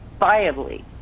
viably